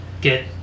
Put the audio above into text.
get